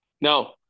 No